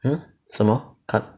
hmm 什么